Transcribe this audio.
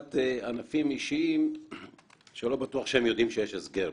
לעומת ענפים אישיים שלא בטוח שהם יודעים שיש הסכם.